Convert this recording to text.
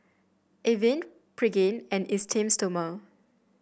Avene Pregain and Esteem Stoma